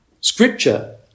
Scripture